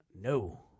No